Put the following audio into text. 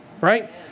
right